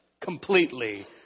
completely